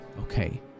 Okay